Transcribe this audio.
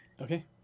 Okay